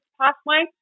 pathway